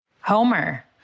Homer